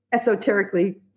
esoterically